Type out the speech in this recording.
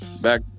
Back